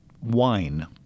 wine